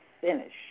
finish